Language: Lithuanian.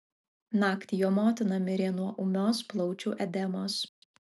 naktį jo motina mirė nuo ūmios plaučių edemos